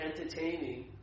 entertaining